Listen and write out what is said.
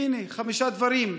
הינה, חמישה דברים.